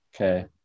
Okay